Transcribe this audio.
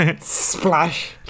Splash